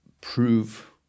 prove